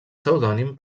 pseudònim